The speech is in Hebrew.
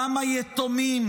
כמה יתומים?